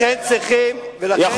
עובדות נכונות.